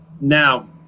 Now